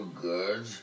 good